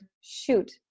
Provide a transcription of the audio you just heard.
Shoot